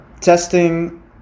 testing